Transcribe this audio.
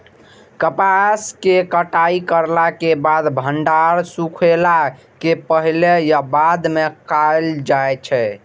कपास के कटाई करला के बाद भंडारण सुखेला के पहले या बाद में कायल जाय छै?